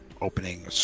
opening